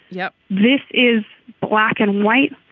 yeah this is black and white.